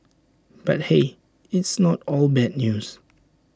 but hey it's not all bad news